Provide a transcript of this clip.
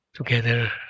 together